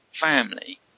family